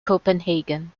copenhagen